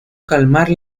calmar